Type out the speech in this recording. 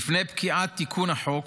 לפני פקיעת תיקון החוק,